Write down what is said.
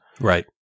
right